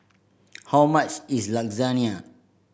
how much is Lasagna